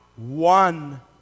One